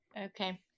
okay